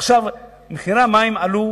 עכשיו מחירי המים עלו,